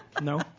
No